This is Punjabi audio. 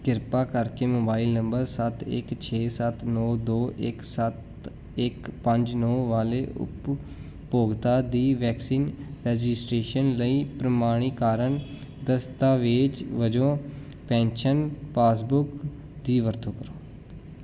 ਕਿਰਪਾ ਕਰਕੇ ਮੋਬਾਈਲ ਨੰਬਰ ਸੱਤ ਇੱਕ ਛੇ ਸੱਤ ਨੌੌਂ ਦੋ ਇੱਕ ਸੱਤ ਇੱਕ ਪੰਜ ਨੌਂ ਵਾਲੇ ਉਪਭੋਗਤਾ ਦੀ ਵੈਕਸੀਨ ਰਜਿਸਟ੍ਰੇਸ਼ਨ ਲਈ ਪ੍ਰਮਾਣੀਕਰਨ ਦਸਤਾਵੇਜ਼ ਵਜੋਂ ਪੈਨਸ਼ਨ ਪਾਸਬੁੱਕ ਦੀ ਵਰਤੋਂ ਕਰੋ